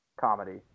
comedy